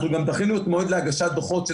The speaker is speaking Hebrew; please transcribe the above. אנחנו גם דחינו את מועד הגשת דוחות של